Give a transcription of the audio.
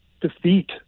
defeat